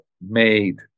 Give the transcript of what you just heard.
made